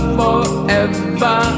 forever